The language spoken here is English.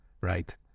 right